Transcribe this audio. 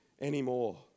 anymore